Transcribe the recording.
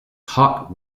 hot